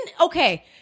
okay